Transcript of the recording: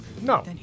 No